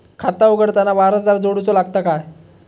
खाता उघडताना वारसदार जोडूचो लागता काय?